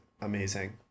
amazing